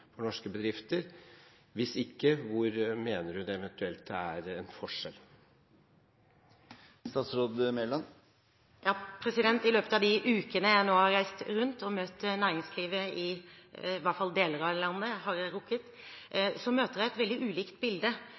for norske bedrifter? Hvis ikke, hvor mener hun det eventuelt er en forskjell? I løpet av de ukene jeg nå har reist rundt og møtt næringslivet i de deler av landet jeg har rukket å besøke, ser jeg et veldig ulikt bilde.